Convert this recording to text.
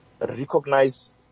recognize